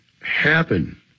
happen